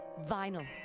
vinyl